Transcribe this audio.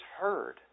heard